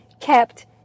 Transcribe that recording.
kept